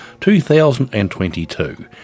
2022